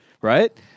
right